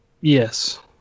yes